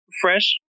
fresh